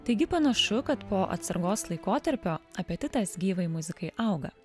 taigi panašu kad po atsargos laikotarpio apetitas gyvai muzikai auga